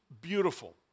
beautiful